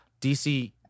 DC